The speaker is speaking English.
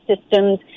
systems